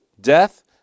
death